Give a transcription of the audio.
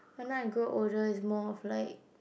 but now I grow older is more of like